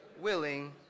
willing